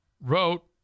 wrote